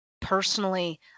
Personally